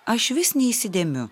aš vis neįsidėmiu